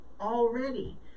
already